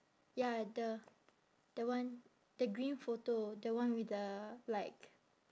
ya the the one the green photo the one with the like